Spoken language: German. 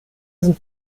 sind